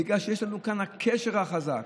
בגלל שיש לנו כאן את הקשר החזק,